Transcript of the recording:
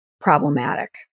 problematic